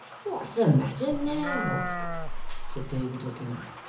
what's the matter now said david, looking up.